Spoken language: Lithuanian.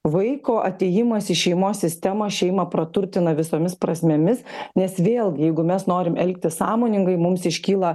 vaiko atėjimas į šeimos sistemą šeimą praturtina visomis prasmėmis nes vėlgi jeigu mes norim elgtis sąmoningai mums iškyla